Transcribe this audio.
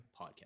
podcast